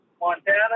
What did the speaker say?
Montana